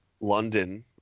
London